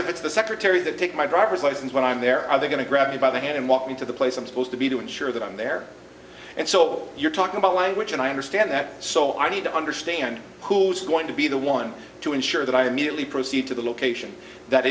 if it's the secretary that take my driver's license when i'm there are they going to grab me by the hand and walk me to the place i'm supposed to be to ensure that i'm there and so you're talking about language and i understand that so i need to understand who's going to be the one to ensure that i immediately proceed to the location that